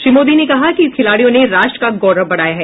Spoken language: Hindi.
श्री मोदी ने कहा कि खिलाडियों ने राष्ट्र का गौरव बढ़ाया है